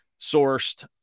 sourced